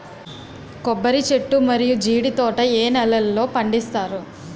కొబ్బరి చెట్లు మరియు జీడీ తోట ఏ నేలల్లో పండిస్తారు?